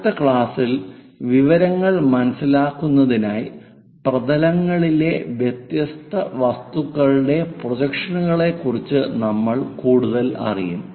അടുത്ത ക്ലാസ്സിൽ വിവരങ്ങൾ മനസ്സിലാക്കുന്നതിനായി പ്രതലങ്ങളിലെ വ്യത്യസ്ത വസ്തുക്കളുടെ പ്രൊജക്ഷനുകളെക്കുറിച്ച് നമ്മൾ കൂടുതലറിയും